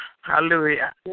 Hallelujah